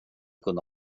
kunde